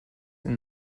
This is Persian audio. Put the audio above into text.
این